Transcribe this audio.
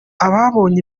ababonye